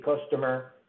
customer